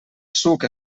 suc